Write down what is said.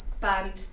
band